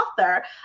author